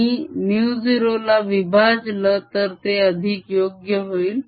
मी μ0 ला विभाजलं तर ते अधिक योग्य होईल